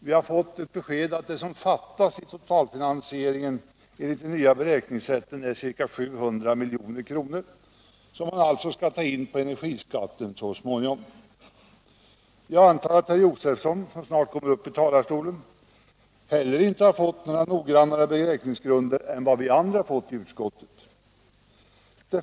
Vi har fått ett besked att det som fattas i totalfinansieringen enligt de nya beräkningssätten är ca 700 milj.kr., som man alltså skall ta in på energiskatten så småningom. Jag antar att herr Josefson, som snart kommer upp i talarstolen, inte har fått några noggrannare uppgifter om beräkningsgrunderna än vi andra i utskottet har fått.